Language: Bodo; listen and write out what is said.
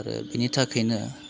आरो बिनि थाखायनो